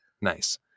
Nice